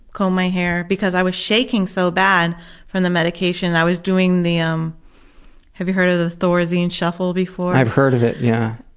comb my hair, because i was shaking so bad from the medication. i was doing the um have you heard of the thorazine shuffle before? i've heard of it, yeah.